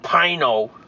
pino